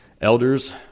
elders